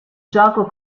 gioco